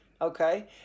Okay